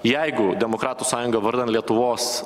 jeigu demokratų sąjunga vardan lietuvos